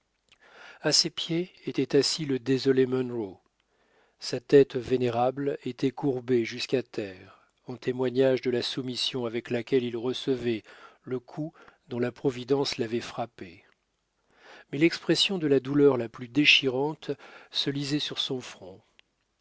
à ses pieds était assis le désolé munro sa tête vénérable était courbée jusqu'à terre en témoignage de la soumission avec laquelle il recevait le coup dont la providence l'avait frappé mais l'expression de la douleur la plus déchirante se lisait sur son front